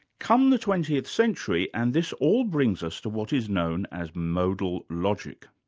come the twentieth century and this all brings us to what is known as modal logic.